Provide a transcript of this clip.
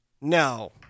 no